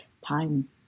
time